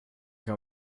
kan